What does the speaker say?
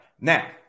Now